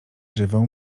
żywą